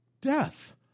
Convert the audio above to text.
Death